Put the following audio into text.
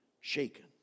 shaken